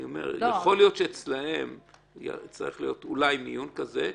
יכול להיות שאצלם צריך להיות אולי מיון כזה.